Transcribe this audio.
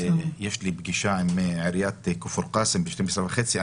יש לי פגישה עם עיריית כפר קאסם ב-12 וחצי.